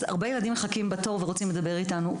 אז הרבה ילדים מחכים בתור ורוצים לדבר איתנו.